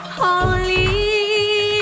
holy